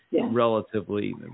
relatively